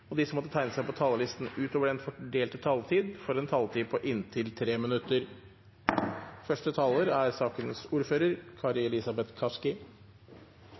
og de som måtte tegne seg på talerlisten utover den fordelte taletid, får en taletid på inntil 3 minutter. Jeg beklager at stemmen er